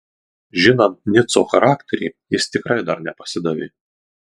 žinant nico charakterį jis tikrai dar nepasidavė